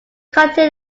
contain